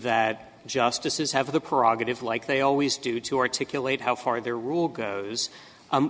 the justices have the prerogative like they always do to articulate how far their rule goes